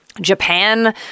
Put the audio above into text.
Japan